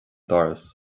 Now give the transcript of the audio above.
doras